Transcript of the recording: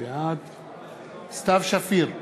בעד סתיו שפיר,